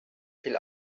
viel